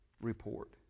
report